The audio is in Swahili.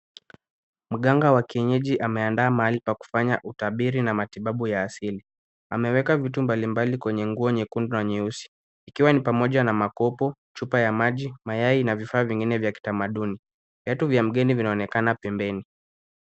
Mganga wa kienyeji ameandaa mahali pa kufanya utabiri na matibabu ya asili. Ameweka vitu mbali mbali kwenye nguo nyekundu na nyeusi, ikiwa ni pamoja na makopo, chupa ya maji, mayai na vifaa vingine vya kitamaduni. Viatu vya mgeni vinaonekana pembeni.